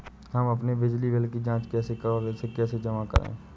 हम अपने बिजली बिल की जाँच कैसे और इसे कैसे जमा करें?